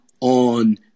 on